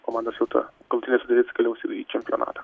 komandos jau ta galutinė sudėtis keliaus jau į čempionatą